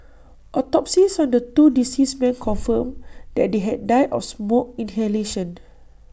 autopsies on the two deceased men confirmed that they had died of smoke inhalation